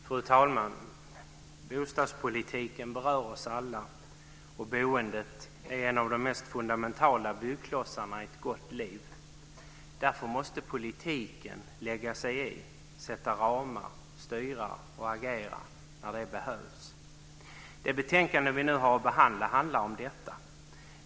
Fru talman! Bostadspolitiken berör oss alla, och boendet är en av de mest fundamentala byggklossarna i ett gott liv. Därför måste politiken lägga sig i, sätta ramar, styra och agera när det behövs. Det betänkande som vi nu behandlar handlar om detta.